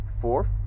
Fourth